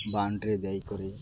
boundary ଦେଇକରି